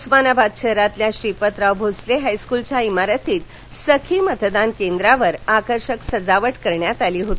उस्मानाबाद शहरातील श्रीपतराव भोसले हायस्कूल च्या इमारतीत सखी मतदान केंद्रावर आकर्षक सजावट करण्यात आली होती